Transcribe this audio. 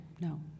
no